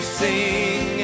sing